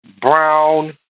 brown